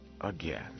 again